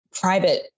private